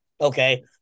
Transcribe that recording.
Okay